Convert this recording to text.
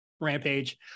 Rampage